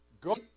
go